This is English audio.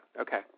okay